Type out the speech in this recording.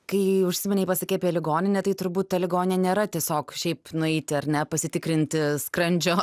kai užsiminei pasakei apie ligoninę tai turbūt ta ligonė nėra tiesiog šiaip nueiti ar ne pasitikrinti skrandžio